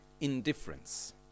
indifference